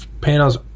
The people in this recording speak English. panels